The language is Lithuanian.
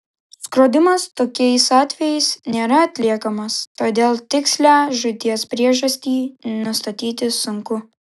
skrodimas tokiais atvejais nėra atliekamas todėl tikslią žūties priežastį nustatyti sunku